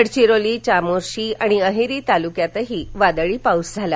गडघिरोली चामोर्शी आणि अहेरी तालुक्यातही वादळी पाऊस झाला